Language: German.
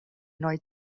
neu